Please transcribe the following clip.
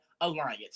alliance